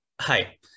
Hi